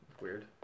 Weird